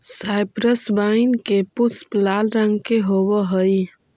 cypress wine के पुष्प लाल रंग के होवअ हई